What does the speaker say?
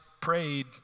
prayed